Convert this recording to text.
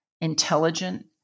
intelligent